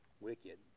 wicked